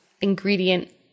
ingredient